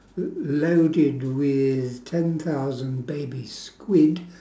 l~ loaded with ten thousand baby squid